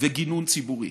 וגינון ציבורי.